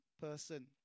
person